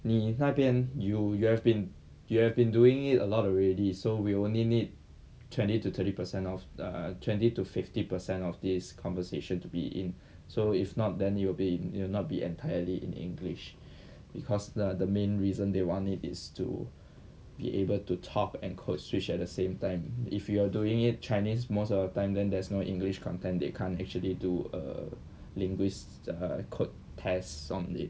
你那边 you you have been you have been doing it a lot already so we only need twenty to thirty percent of err twenty to fifty percent of this conversation to be in so if not then you will be in you will not be entirely in english because the the main reason they want it is to be able to talk and code switch at the same time if you're doing it chinese most of the time then there's no english content they can't actually do a linguist code tests on it